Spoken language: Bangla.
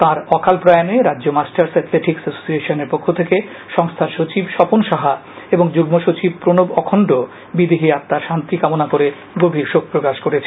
তাঁর অকাল প্রয়াণে রাজ্য মাস্টার্স এথলেটিক্স এসোশিয়েসনের পক্ষ থেকে সংস্থার সচিব স্বপন সাহা ও যুগ্ম সচিব প্রনব অখণ্ড বিদেহী আত্মার শান্তি কামনা করে গভীর শোক প্রকাশ করেছেন